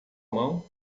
mão